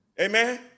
Amen